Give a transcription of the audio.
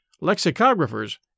lexicographers